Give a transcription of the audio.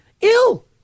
ill